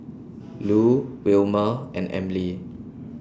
Lu Wilmer and Emely